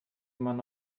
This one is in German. man